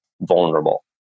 vulnerable